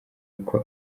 uko